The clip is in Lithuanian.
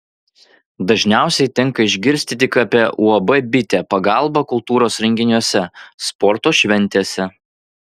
dažniausiai tenka išgirsti tik apie uab bitė pagalbą kultūros renginiuose sporto šventėse